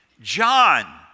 John